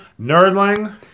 Nerdling